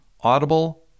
Audible